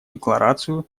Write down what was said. декларацию